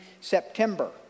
September